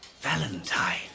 Valentine